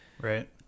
Right